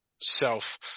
self